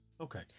Okay